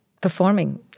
performing